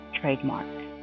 trademark